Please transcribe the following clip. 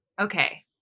okay